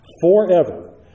forever